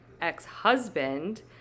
ex-husband